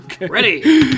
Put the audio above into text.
ready